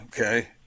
okay